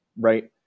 right